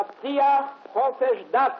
תבטיח חופש דת,